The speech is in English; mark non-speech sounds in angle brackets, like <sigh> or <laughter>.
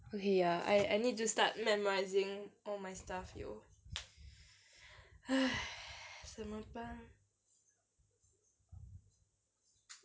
okay err I I need to start memorising all my stuff yo <noise> 怎么办